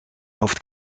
hoofd